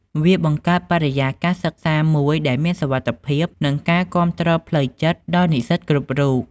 វាបង្កើតបរិយាកាសសិក្សាមួយដែលមានសុវត្ថិភាពនិងការគាំទ្រផ្លូវចិត្តដល់និស្សិតគ្រប់រូប។